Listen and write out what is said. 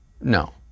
no